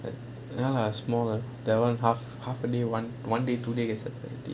ya lah small lah that one half half a day one one day two day can settle already